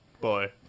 Boy